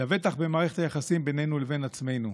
ולבטח במערכת היחסים בינינו לבין עצמנו.